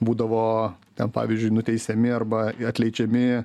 būdavo ten pavyzdžiui nuteisiami arba atleidžiami